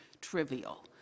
trivial